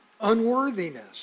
unworthiness